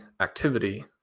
activity